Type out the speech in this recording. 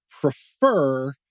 prefer